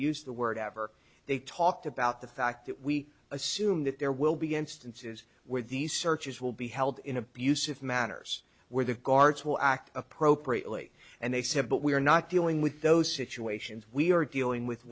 used the word ever they talked about the fact that we assume that there will be instances where these searches will be held in abusive manners where the guards will act appropriately and they said but we are not dealing with those situations we are dealing with